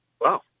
Wow